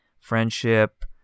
friendship